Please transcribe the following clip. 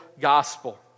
gospel